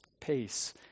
peace